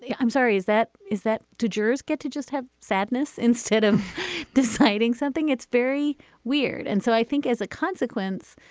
i'm sorry, is that is that two jurors get to just have sadness instead of deciding something? it's very weird. and so i think as a consequence,